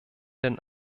den